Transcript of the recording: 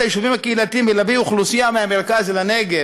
היישובים הקהילתיים ולהביא אוכלוסייה מהמרכז אל הנגב